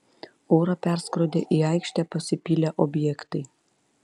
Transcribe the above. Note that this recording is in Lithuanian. orą perskrodė į aikštę pasipylę objektai